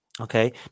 okay